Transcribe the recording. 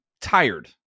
tired